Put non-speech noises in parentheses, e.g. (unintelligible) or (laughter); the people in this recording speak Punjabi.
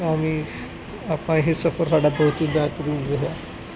(unintelligible) ਆਪਾਂ ਇਹ ਸਫਰ ਸਾਡਾ ਬਹੁਤ ਹੀ ਬਹਿਤਰੀਨ ਰਿਹਾ